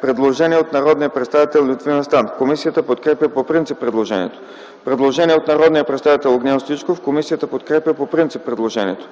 предложение от народния представител Лютви Местан. Комисията подкрепя по принцип предложението. Предложение от народния представител Огнян Стоичков. Комисията подкрепя по принцип предложението.